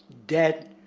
debt,